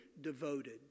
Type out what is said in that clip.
devoted